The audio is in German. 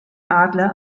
adler